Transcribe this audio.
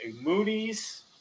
Moody's